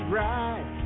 right